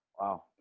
Wow